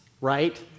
right